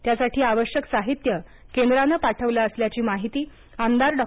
त्यासाठी आवश्यक साहित्य केंद्रान पाठवलं असल्याची माहिती आमदार डॉ